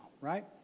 right